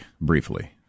briefly